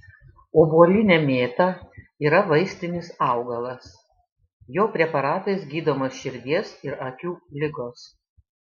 obuolinė mėta yra vaistinis augalas jo preparatais gydomos širdies ir akių ligos